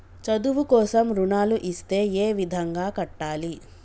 చదువు కోసం రుణాలు ఇస్తే ఏ విధంగా కట్టాలి?